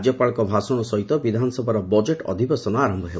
ରାଜ୍ୟପାଳଙ୍କ ଭାଷଣ ସହିତ ବିଧାନସଭାର ବଜେଟ୍ ଅଧିବେଶନ ଆରମ୍ଭ ହେବ